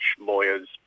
lawyer's